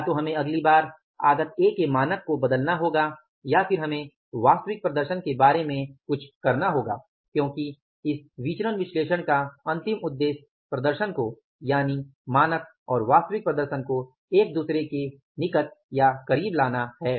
या तो हमें अगली बार आगत A के मानक को बदलना होगा या फिर हमें वास्तविक प्रदर्शन के बारे में कुछ करना होगा क्योंकि इस विचरण विश्लेषण का अंतिम उद्देश्य प्रदर्शन को यानि मानक और वास्तविक प्रदर्शन को एक दुसरे के निकट या करीब लाना है